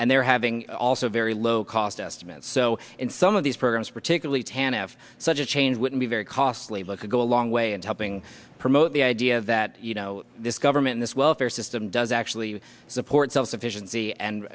and they're having also very low cost estimates so in some of these programs particularly tanna have such a change would be very costly but could go a long way in helping promote the idea that you know this government this welfare system does act we support self sufficiency and